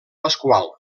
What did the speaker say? pasqual